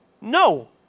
No